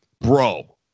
bro